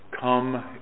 come